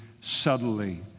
subtly